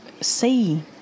see